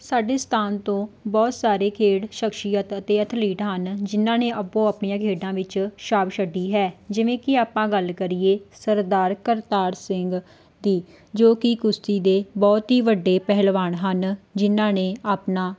ਸਾਡੇ ਸਥਾਨ ਤੋਂ ਬਹੁਤ ਸਾਰੇ ਖੇਡ ਸ਼ਖਸ਼ੀਅਤ ਅਤੇ ਐਥਲੀਟ ਹਨ ਜਿਨ੍ਹਾਂ ਨੇ ਆਪੋ ਆਪਣੀਆਂ ਖੇਡਾਂ ਵਿੱਚ ਛਾਪ ਛੱਡੀ ਹੈ ਜਿਵੇਂ ਕਿ ਆਪਾਂ ਗੱਲ ਕਰੀਏ ਸਰਦਾਰ ਕਰਤਾਰ ਸਿੰਘ ਦੀ ਜੋ ਕਿ ਕੁਸ਼ਤੀ ਦੇ ਬਹੁਤ ਹੀ ਵੱਡੇ ਪਹਿਲਵਾਨ ਹਨ ਜਿਨ੍ਹਾਂ ਨੇ ਆਪਣਾ